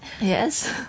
Yes